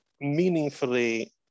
meaningfully